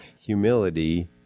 Humility